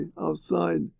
outside